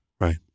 Right